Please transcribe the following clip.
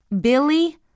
Billy